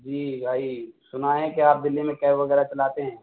جی بھائی سُنا ہے کہ آپ دلّی میں کیب وغیرہ چلاتے ہیں